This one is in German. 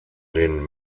den